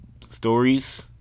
stories